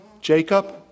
Jacob